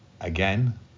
again